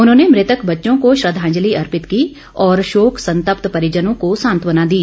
उन्होंने मृतक बच्चों को श्रद्धाजंलि अर्पित की और शोक संतप्त परिजनों को सांतवना दी